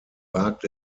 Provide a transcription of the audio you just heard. wagt